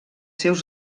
seus